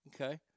Okay